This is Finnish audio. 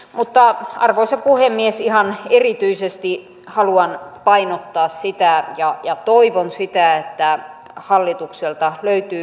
mutta arvoisa puhemies ihan erityisesti haluan painottaa sitä nojaa ja toivon siitä että hallitukselta löytyy